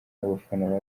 abafana